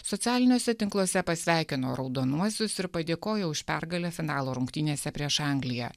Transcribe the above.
socialiniuose tinkluose pasveikino raudonuosius ir padėkojo už pergalę finalo rungtynėse prieš angliją